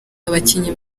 abakinnyi